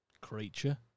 creature